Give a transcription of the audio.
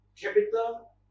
capital